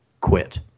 quit